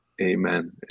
Amen